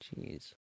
Jeez